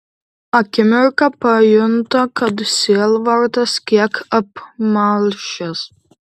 akimirką pajunta kad sielvartas kiek apmalšęs